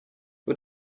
who